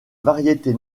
variété